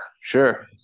Sure